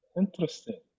Interesting